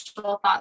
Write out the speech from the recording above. thoughts